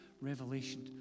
Revelation